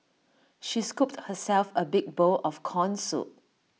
she scooped herself A big bowl of Corn Soup